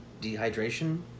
dehydration